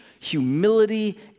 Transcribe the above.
humility